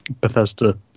Bethesda